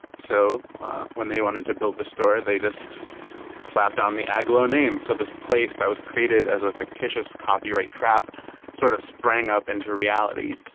so when they wanted to build this store, they just slapped on the agloe name. so this place that was created as a fictitious copyright trap sort of sprang up into reality.